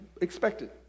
expected